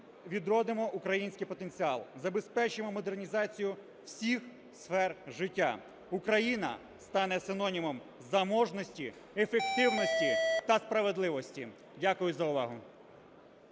відродимо український потенціал, забезпечимо модернізацію всіх сфер життя. Україна стане синонімом заможності, ефективності та справедливості. Дякую за увагу.